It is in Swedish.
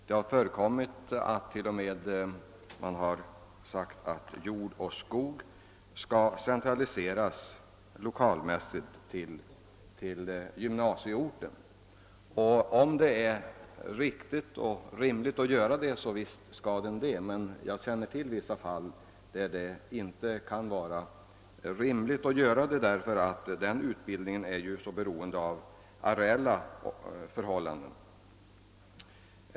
Det har t.o.m. förekommit att man har uppgivit att jordoch skogsbruksutbildningen skall enligt riksdagsbeslut centraliseras lokalmässigt till gymnasieorten. Om det är riktigt och rimligt att göra det, så visst kan man det. Jag känner emellertid till exempel där det inte är naturligt att göra så. Denna utbildning är bl.a. beroende av areella resurser, som kan vara ytterst svåra att tillgodose på gymnasieorten.